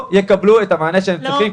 לא יקבלו את המענה שהם צריכים.